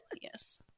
yes